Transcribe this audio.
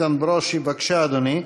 חבר הכנסת איתן ברושי, בבקשה, אדוני.